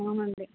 అవునండి